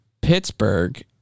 Pittsburgh